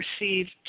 received